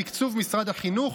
בתקצוב משרד החינוך,